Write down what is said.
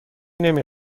نمی